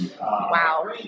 Wow